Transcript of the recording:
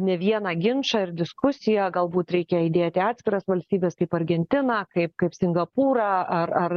ne vieną ginčą ir diskusiją galbūt reikia įdėti atskiras valstybes kaip argentiną kaip kaip singapūrą ar ar